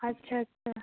আচ্ছা আচ্ছা